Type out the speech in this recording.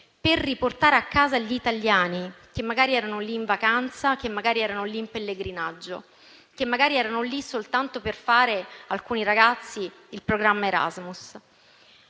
per riportare a casa gli italiani, che magari erano lì in vacanza, che magari erano lì in pellegrinaggio, che magari erano lì soltanto per seguire il programma Erasmus,